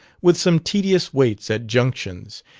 with some tedious waits at junctions,